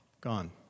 gone